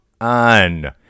on